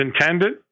intended